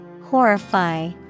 Horrify